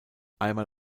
einmal